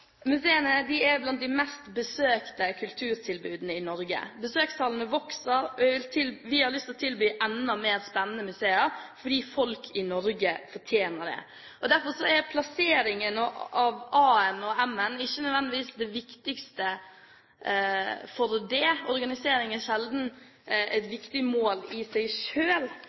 Museene er blant de mest besøkte kulturtilbudene i Norge. Besøkstallene vokser, og vi har lyst til å tilby enda mer spennende museer fordi folk i Norge fortjener det. Derfor er plasseringen av A-en og M-en ikke nødvendigvis det viktigste. Organisering er sjelden et viktig mål i seg